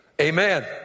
amen